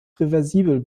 reversibel